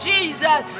Jesus